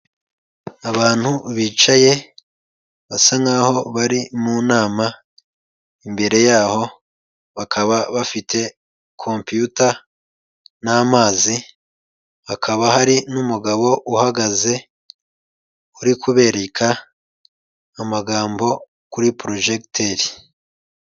Abantu bicaye, basa nk'aho bari mu nama, imbere yaho bakaba bafite kompiyuta n'amazi, hakaba hari n'umugabo uhagaze, uri kubereka amagambo kuri porojekiteri.